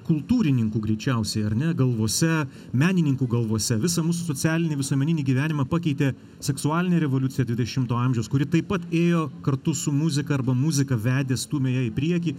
kultūrininkų greičiausiai ar ne galvose menininkų galvose visą mūsų socialinį visuomeninį gyvenimą pakeitė seksualinė revoliucija dvidešimto amžiaus kuri taip pat ėjo kartu su muzika arba muzika vedė stūmė ją į priekį